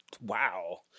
wow